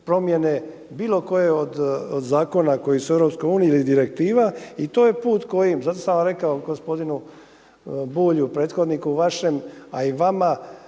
promjene bilo koje od zakona koji su u EU ili direktiva i to je put kojim, zato sam vam i rekao gospodinu Bulju prethodniku vašem, a i vama